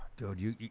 told you you